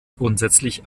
grundsätzlich